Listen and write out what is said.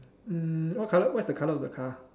mm what colour what is the colour of the car